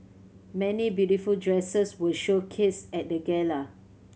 many beautiful dresses were showcased at the gala